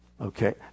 okay